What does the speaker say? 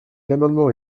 l’amendement